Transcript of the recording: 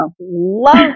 love